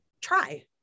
try